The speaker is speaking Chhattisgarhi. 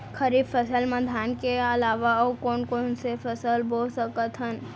खरीफ फसल मा धान के अलावा अऊ कोन कोन से फसल बो सकत हन?